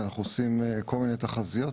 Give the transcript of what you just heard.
אנחנו עושים כל מיני תחזיות,